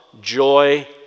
joy